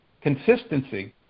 consistency